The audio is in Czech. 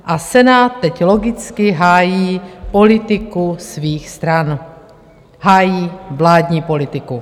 A Senát teď logicky hájí politiku svých stran, hájí vládní politiku.